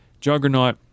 Juggernaut